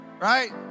right